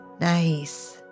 Nice